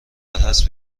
حسب